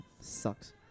sucks